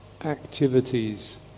activities